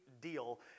deal